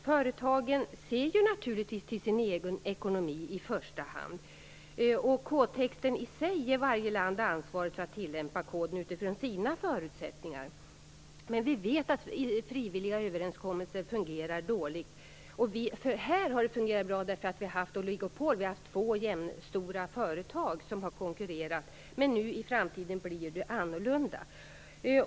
Företagen ser naturligtvis i första hand till sin egen ekonomi. Avsikten är att kodtexten i sig i varje land tillämpas utifrån landets förutsättningar. Men vi vet att frivilliga överenskommelser fungerar dåligt. Här har det fungerat bra därför att vi haft oligopol, vi har haft två jämstora företag som konkurrerat. Men i framtiden blir det annorlunda.